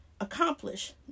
Accomplish